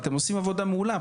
אתם עושים עבודה מעולה,